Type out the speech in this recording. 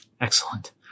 Excellent